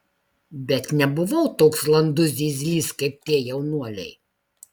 bet nebuvau toks landus zyzlys kaip tie jaunuoliai